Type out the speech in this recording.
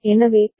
எனவே பி